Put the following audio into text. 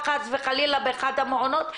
חס וחלילה באחת המעונות,